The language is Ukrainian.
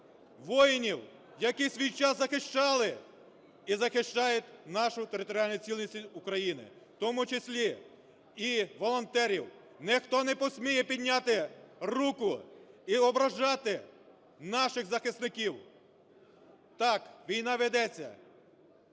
воїнів, які в свій час захищали і захищають нашу територіальну цілісність України, в тому числі і волонтерів. Ніхто не посміє підняти руку і ображати наших захисників. Так, війна ведеться,